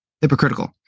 hypocritical